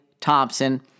Thompson